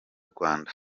rwanda